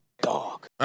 Dog